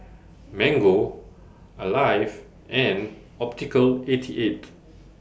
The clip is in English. Mango Alive and Optical eighty eight